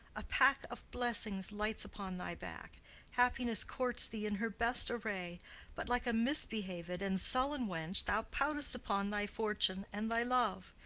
a pack of blessings light upon thy back happiness courts thee in her best array but, like a misbehav'd and sullen wench, thou pout'st upon thy fortune and thy love.